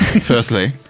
firstly